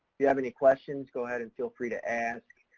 you have any questions, go ahead and feel free to ask.